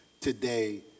today